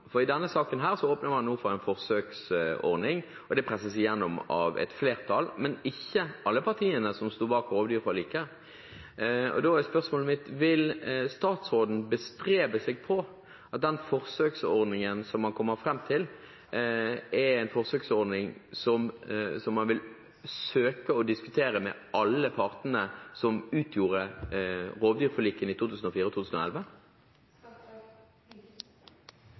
et flertall, men ikke av alle partiene som sto bak rovdyrforliket. Da er spørsmålet mitt: Vil statsråden bestrebe seg på at den forsøksordningen som man kommer fram til, er en forsøksordning som man vil søke å diskutere med alle partene som utgjorde rovdyrforlikene i 2004 og 2011?